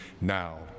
now